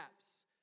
apps